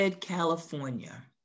California